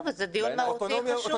זה דיון מהותי וקשור.